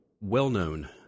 well-known